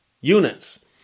units